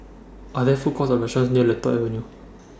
Are There Food Courts Or restaurants near Lentor Avenue